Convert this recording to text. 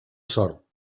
sort